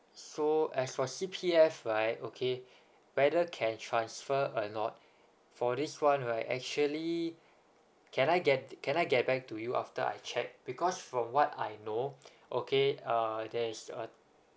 so as for C_P_F right okay whether can transfer or not for this one right actually can I get can I get back to you after I check because from what I know okay uh there is a